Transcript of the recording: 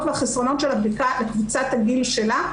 והחסרונות של הבדיקה לקבוצת הגיל שלה,